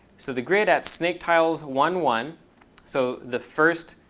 so the grid at snaketiles one, one so the first